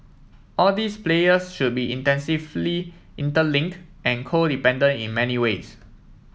all these players should be intensively interlink and codependent in many ways